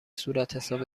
صورتحساب